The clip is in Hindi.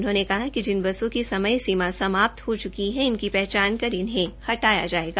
उन्होंने कहा कि जिन बसों की समय समाप्त हो चुकी है इनकी पहचान कर इन्हें हटाया जायेगा